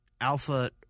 alpha